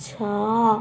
ଛଅ